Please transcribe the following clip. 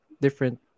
different